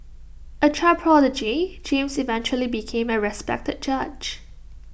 A child prodigy James eventually became A respected judge